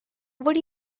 would